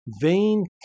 vain